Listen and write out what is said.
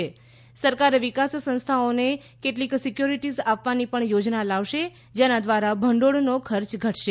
તેમણે કહ્યું કે સરકાર વિકાસ સંસ્થાઓને કેટલીક સિક્યોરિટીઝ આપવાની પણ યોજના લાવશે જેના દ્વારા ભંડોળનો ખર્ચ ઘટશે